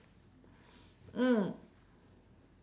mm